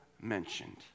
mentioned